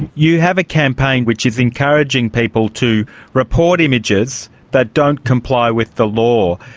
you have a campaign which is encouraging people to report images that don't comply with the law.